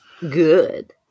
Good